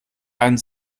einen